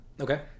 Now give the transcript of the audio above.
Okay